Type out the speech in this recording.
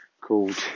called